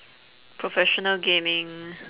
professional gaming